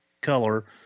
color